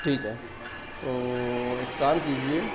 ٹھیک ہے تو ایک کام کیجیے